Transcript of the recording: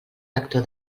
lector